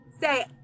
say